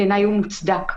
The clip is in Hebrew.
בעיניי הוא מוצדק.